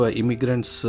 immigrants